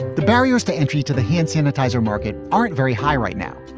the barriers to entry to the hand sanitizer market aren't very high right now.